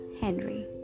Henry